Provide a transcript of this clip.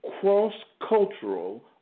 cross-cultural